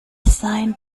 sein